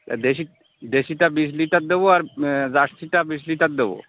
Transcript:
দেশী দেশীটা বিশ লিটার দেব আর জার্সিটা বিশ লিটার দেব